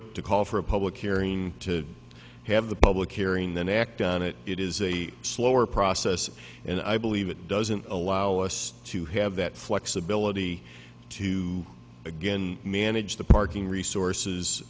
it to call for a public hearing to have the public hearing then act on it it is a slower process and i believe it doesn't allow us to have that flexibility to again manage the